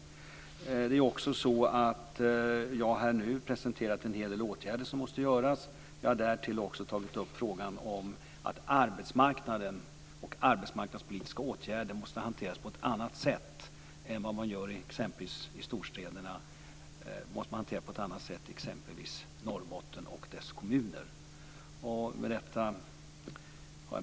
Jag har här och nu presenterat en hel del åtgärder som måste vidtas. Jag har därtill tagit upp frågan om att arbetsmarknaden och arbetsmarknadspolitiska åtgärder måste hanteras på ett annat sätt i Norrbotten och dess kommuner än vad man exempelvis gör i storstäderna.